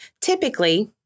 typically